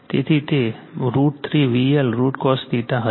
તેથી તે √ 3 VL IL cos હશે